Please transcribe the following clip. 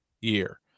year